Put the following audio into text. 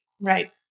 Right